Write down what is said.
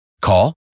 Call